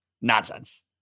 Nonsense